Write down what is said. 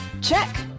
Check